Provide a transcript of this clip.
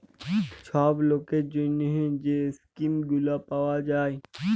ছব লকের জ্যনহে যে ইস্কিম গুলা পাউয়া যায়